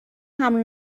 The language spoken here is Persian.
حمل